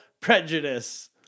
prejudice